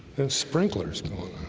and sprinklers